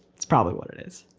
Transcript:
it's probably what it is.